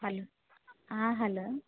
hello hello